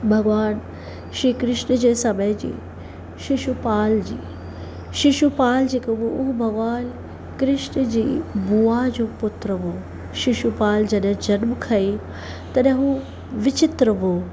भॻवानु श्री कृष्ण जे समय जी शिषुपाल जी शिषुपाल जेको हो उहो भॻवानु कृष्ण जी बुआ जो पुत्र हो शिषुपाल जॾहिं जनमु खयईं तॾिंह हू विचित्र हो